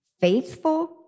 Faithful